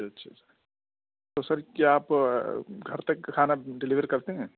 اچھا اچھا اچھا تو سر کیا آپ گھر تک کھانا ڈلیور کرتے ہیں